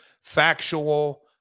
factual